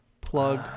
plug